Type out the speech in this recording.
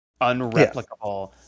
unreplicable